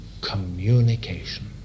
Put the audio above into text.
communication